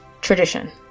tradition